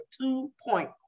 two-point